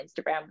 Instagram